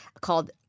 called